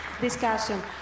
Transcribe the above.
discussion